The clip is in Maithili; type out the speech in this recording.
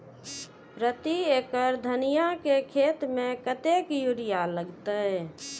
प्रति एकड़ धनिया के खेत में कतेक यूरिया लगते?